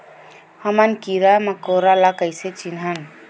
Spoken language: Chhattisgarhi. हमन कीरा मकोरा ला कइसे चिन्हन?